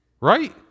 Right